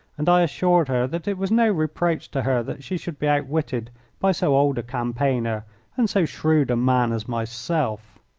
and i assured her that it was no reproach to her that she should be outwitted by so old a campaigner and so shrewd a man as myself.